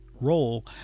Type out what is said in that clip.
role